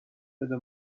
بده